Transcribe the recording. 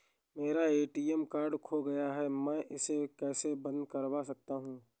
मेरा ATM card खो गया है मैं इसे कैसे बंद करवा सकता हूँ?